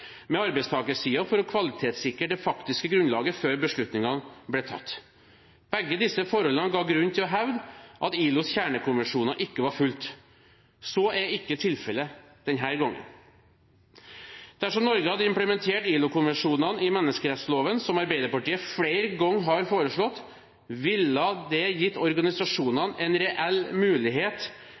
med arbeidstakersiden for kvalitetssikre det faktiske grunnlaget før beslutningen ble tatt. Begge disse forholdene ga grunn til å hevde at ILOs kjernekonvensjoner ikke var fulgt. Så er ikke tilfelle denne gangen. Dersom Norge hadde implementert ILO-konvensjonene i menneskerettsloven, som Arbeiderpartiet har foreslått flere ganger, ville det gitt organisasjonene en reell mulighet